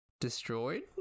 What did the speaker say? Destroyed